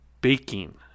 baking